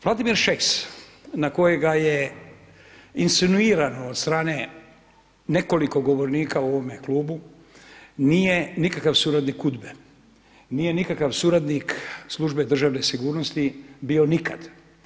Vladimir Šeks na kojega je insinuirano od strane nekoliko govornika u ovome klubu nije nikakav suradnik UDBA-e, nije nikakav suradnik Službe državne sigurnosti bio nikad.